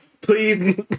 please